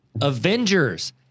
Avengers